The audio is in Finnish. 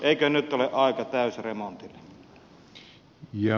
eikö nyt ole aika täysremontille